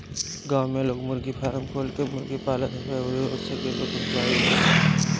गांव में लोग मुर्गी फारम खोल के मुर्गी पालत हवे अउरी ओसे लोग के रोजगार भी देत हवे